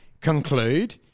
conclude